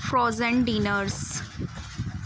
frozen dinners